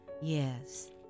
Yes